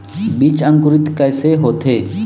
बीज अंकुरित कैसे होथे?